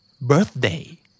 Birthday